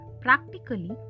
practically